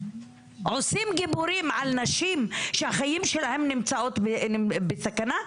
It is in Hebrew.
עושים גיבורים על נשים שהחיים שלהן נמצאים בסכנה?